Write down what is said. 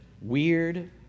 weird